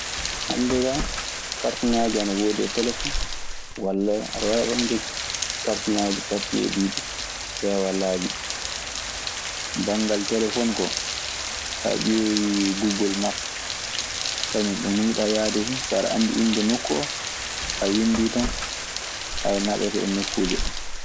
Hannde kaa kartiŋaaji ana woodi e telefon walla aɗa waawi ɓamude kartiŋaaji pappiyee ɗii duu ƴeewaa laawi ɗii. Banngal telefoŋ koo, so a ƴeewii Google Map, kañun ɗo muuyɗaa yahde fuu. So aɗe anndi innde nokku oo, a winndii tan. naɓete e nokkuuje ɗee.